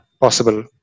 possible